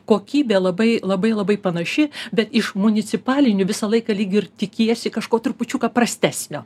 kokybė labai labai labai panaši bet iš municipalinių visą laiką lyg ir tikiesi kažko trupučiuką prastesnio